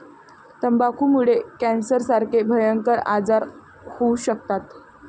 तंबाखूमुळे कॅन्सरसारखे भयंकर आजार होऊ शकतात